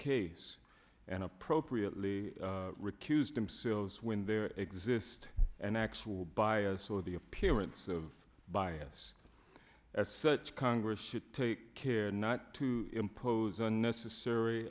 case and appropriately recused themselves when there exist an actual bias or the appearance of bias as such congress should take care not to impose unnecessary